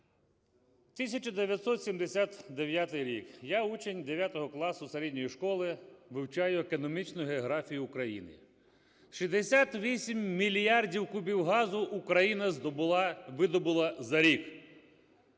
1979 рік, я – учень 9 класу середньої школи, вивчаю економічну географію України. 68 мільярдів кубів газу Україна здобула, видобула за рік.